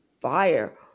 fire